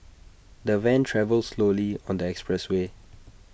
the van travelled slowly on the expressway